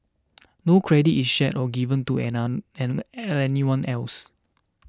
no credit is shared or given to an anyone else